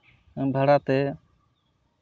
ᱵᱷᱟᱲᱟᱛᱮ